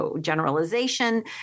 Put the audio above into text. generalization